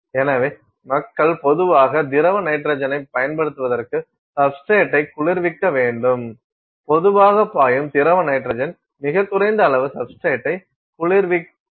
எனவே மக்கள் பொதுவாக திரவ நைட்ரஜனைப் பயன்படுத்துவதற்கு சப்ஸ்டிரேட்டை குளிர்விக்க வேண்டும் மெதுவாக பாயும் திரவ நைட்ரஜன் மிகக் குறைந்த அளவு சப்ஸ்டிரேட்டை குளிர்விக்க வைக்கிறது